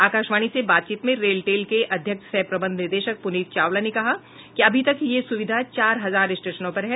आकाशवाणी से बातचीत में रेल टेल के अध्यक्ष सह प्रबंध निदेशक पुनीत चावला ने कहा कि अभी तक यह सुविधा चार हजार स्टेशनों पर है